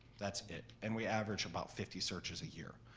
that's it. and we averaged about fifty searches a year.